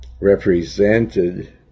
represented